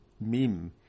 meme